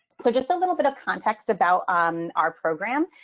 so just a little bit of context about um our program.